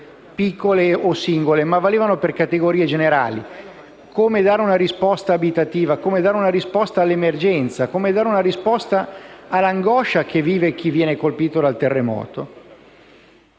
piccole o singole, ma valevano per categorie generali come dare una risposta abitativa, come dare una risposta all'emergenza, come dare una risposta all'angoscia di chi viene colpito dal terremoto.